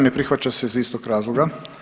Ne prihvaća se iz istog razloga.